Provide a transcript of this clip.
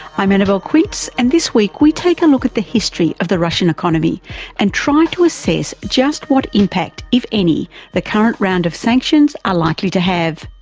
i'm annabelle quince, and this week we take a look at the history of the russian economy and try to assess just what impact, if any, the current round of sanctions are likely to have.